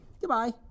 Goodbye